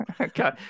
Okay